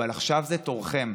אבל עכשיו זה תורכם.